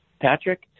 Patrick